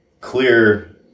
clear